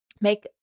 make